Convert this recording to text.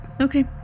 Okay